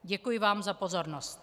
Děkuji vám za pozornost.